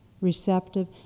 Receptive